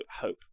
hope